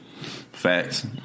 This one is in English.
facts